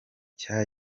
cya